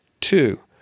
Two